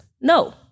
No